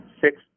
six